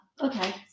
Okay